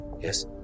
Yes